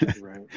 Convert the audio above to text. Right